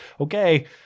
okay